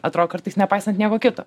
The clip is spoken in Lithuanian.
atrodo kartais nepaisant nieko kito